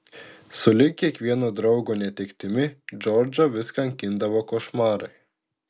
sulig kiekvieno draugo netektimi džordžą vis kankindavo košmarai